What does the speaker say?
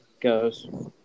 goes